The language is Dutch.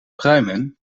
pruimen